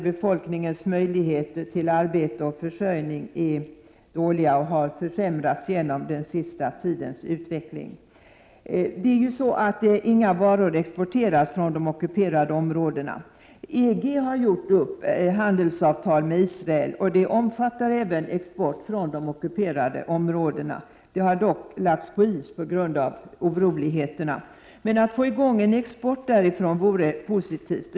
Befolkningen möjligheter till arbete och försörjning är dåliga och har försämrats genom den sista tidens utveckling. Inga varor exporteras ju från de ockuperade områdena. EG har upprättat ett handelsavtal med Israel, och det omfattar även export från de ockuperade områdena. På grund av oroligheterna har det dock lagts på is, och det vore positivt om man kunde få i gång en export därifrån.